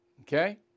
okay